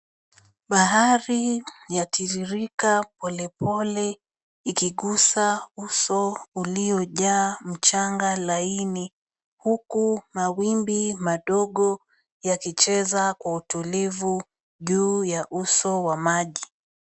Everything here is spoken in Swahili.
Bahari yatiririka polepole ikigusa uso uliojaa mchanga laini, huku mawimbi madogo yakicheza kwa utulivu juu ya uso wa maji.